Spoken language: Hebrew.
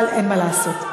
אבל אין מה לעשות.